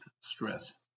stress